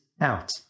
out